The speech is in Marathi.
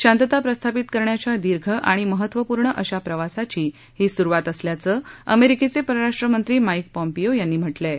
शांतता प्रस्थापित करण्याच्या दीर्घ आणि महत्वपूर्ण अशा प्रवासाची ही सुरूवात असल्याचंअमेरिकेचे परराष्ट्र मंत्री माईक पॉम्पीओ यांनी म्हटलं आहे